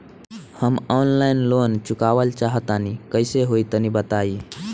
हम online loan चुकावल चाहऽ तनि कइसे होई तनि बताई?